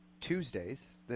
Tuesdays